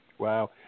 Wow